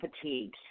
fatigue